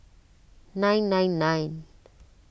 nine nine nine